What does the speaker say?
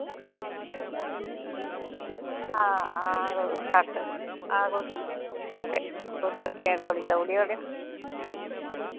हां हां को सत्त हां कोई सत्त सत्त तुस सत्तें धोड़ी देऊड़ेओ अड़यो